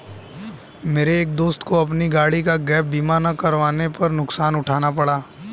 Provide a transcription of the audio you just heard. मेरे एक दोस्त को अपनी गाड़ी का गैप बीमा ना करवाने पर नुकसान उठाना पड़ा